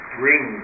bring